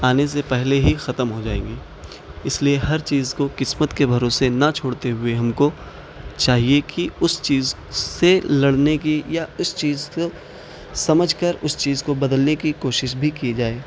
آنے سے پہلے ہی ختم ہو جائیں گی اس لیے ہر چیز کو قسمت کے بھروسے نہ چھوڑتے ہوئے ہم کو چاہیے کہ اس چیز سے لڑنے کی یا اس چیز کو سمجھ کر اس چیز کو بدلنے کی کوشش بھی کی جائے